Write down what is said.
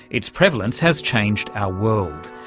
its prevalence has changed our world,